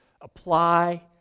apply